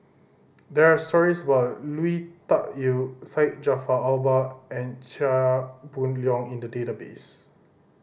there are stories about Lui Tuck Yew Syed Jaafar Albar and Chia Boon Leong in the database